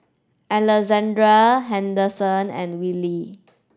Alexzander Henderson and Wilkie